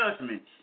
judgments